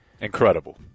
Incredible